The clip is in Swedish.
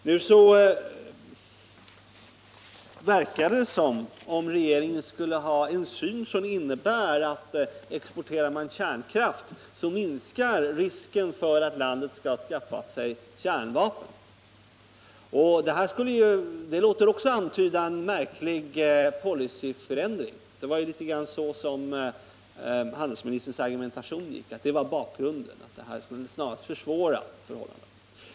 Det verkar nu som om regeringen skulle ha en syn som innebär att export av kärnkraft minskar risken för att landet i fråga skaffar sig kärnvapen. Det var ungefär så handelsministerns argumentation gick — bakgrunden var alltså att exporten av kärnkraft närmast skulle försvåra möjligheterna för Turkiet att skaffa sig kärnvapen. Det låter antyda en märklig policyförändring.